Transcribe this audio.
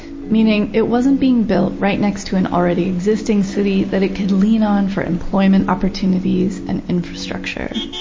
meaning it wasn't being built right next to an already existing city that it could lean on for employment opportunities and infrastructure.